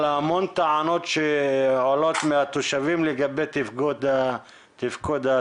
המון טענות שעולות מהתושבים לגבי תפקוד התאגידים.